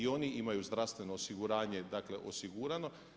I oni imaju zdravstveno osiguranje, dakle osigurano.